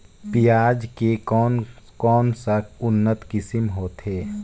पियाज के कोन कोन सा उन्नत किसम होथे?